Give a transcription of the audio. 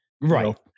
right